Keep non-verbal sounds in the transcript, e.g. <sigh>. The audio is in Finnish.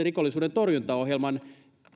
<unintelligible> rikollisuuden torjuntaohjelman